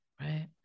Right